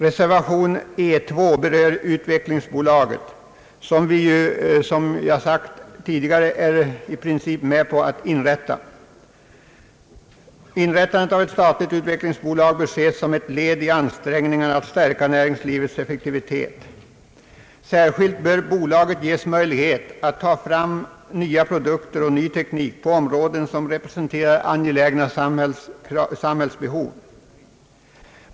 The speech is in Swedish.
Reservation E 2 berör utvecklingsbolaget, som vi ju i princip är med på att inrätta. Tillkomsten av ett statligt utvecklingsbolag bör ses som ett led i ansträngningarna att stärka näringslivets effektivitet. Särskilt bör bolaget ges möjlighet att ta fram nya produkter och ny teknik på områden som representerar angelägna samhällsbehov.